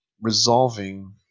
resolving –